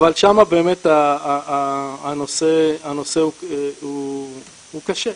אבל שם באמת הנושא הוא קשה.